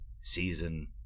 Season